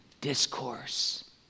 discourse